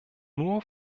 nur